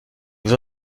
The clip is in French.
vous